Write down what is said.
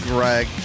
Greg